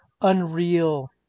Unreal